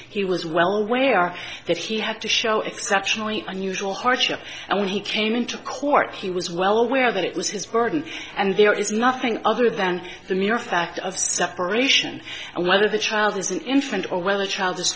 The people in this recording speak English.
he was well aware that he had to show exceptionally unusual hardship and when he came into court he was well aware that it was his burden and there is nothing other than the mere fact of separation and whether the child is an infant or well a child is